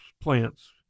plants